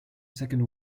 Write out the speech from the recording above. second